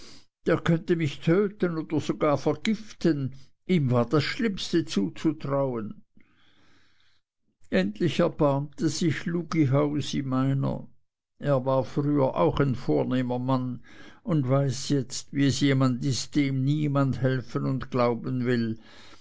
der könnte mich töten oder gar vergiften ihm war das schlimmste zuzutrauen endlich erbarmte sich lugihausi meiner er war früher auch ein vornehmer mann und weiß jetzt wie es jemand ist dem niemand helfen und glauben will